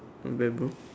not bad bro